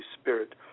Spirit